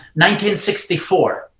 1964